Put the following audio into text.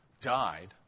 died